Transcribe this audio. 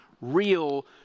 real